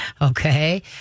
Okay